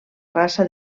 raça